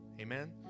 Amen